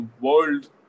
world